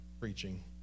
preaching